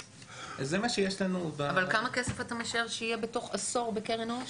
אבל כמה כסף אתה משער שיהיה לנו תוך עשור בקרן העושר?